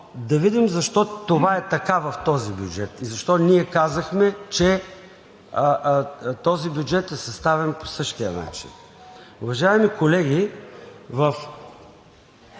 да видим защо това е така в този бюджет и защо ние казахме, че този бюджет е съставен по същия начин? Уважаеми колеги, в